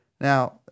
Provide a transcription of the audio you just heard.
Now